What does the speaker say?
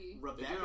Rebecca